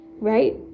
right